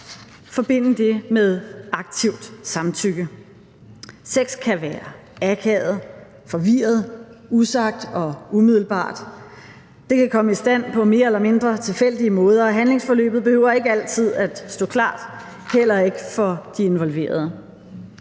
ægtefolk, med aktivt samtykke. Sex kan være akavet, forvirret, usagt og umiddelbart. Det kan komme i stand på mere eller mindre tilfældige måder, og handlingsforløbet behøver ikke altid at stå klart, heller ikke for de involverede.